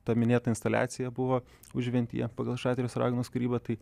ta minėta instaliacija buvo užventyje pagal šatrijos raganos kūrybą tai